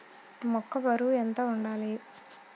మొక్కొ బరువు ఎంత వుండాలి?